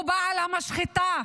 הוא בעל המשחטה.